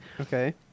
Okay